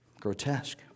Grotesque